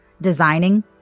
designing